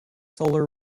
solar